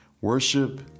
Worship